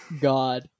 God